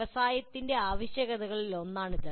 വ്യവസായത്തിന്റെ ആവശ്യകതകളിൽ ഒന്നാണിത്